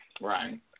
right